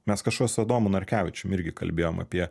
mes kažkada su adomu narkevičium irgi kalbėjom apie